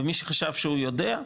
ומי שחשב שהוא יודע,